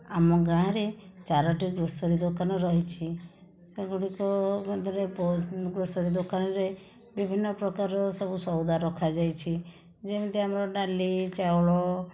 ଆମ ଗାଁ ରେ ଚାରୋଟି ଗ୍ରୋସରି ଦୋକାନ ରହିଛି ସେଗୁଡ଼ିକ ମଧ୍ୟରେ ଗ୍ରୋସରି ଦୋକାନ ରେ ବିଭିନ୍ନ ପ୍ରକାର ର ସବୁ ସଉଦା ରଖା ଯାଇଛି ଯେମିତି ଆମର ଡାଲି ଚାଉଳ